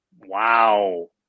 Wow